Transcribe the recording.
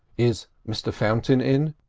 is mr fountain in?